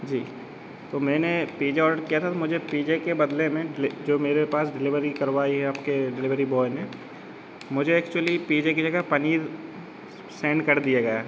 जी तो मैंने pizza order किया था तो मुझे पीजे के बदले में जो मेरे पास डिलेवरी करवाई है आपके डिलेवरी बॉय ने मुझे ऐक्चुअली पीजे की जगह पनीर सेंड कर दिया गया है